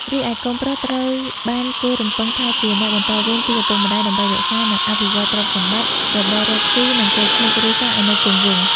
រីឯកូនប្រុសត្រូវបានគេរំពឹងថាជាអ្នកបន្តវេនពីឪពុក ដើម្បីរក្សា និងអភិវឌ្ឍទ្រព្យសម្បត្តិ របររកស៊ី និងកេរ្តិ៍ឈ្មោះគ្រួសារឱ្យនៅគង់វង្ស។